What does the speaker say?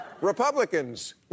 Republicans